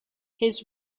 his